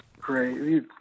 Great